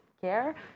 care